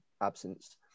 absence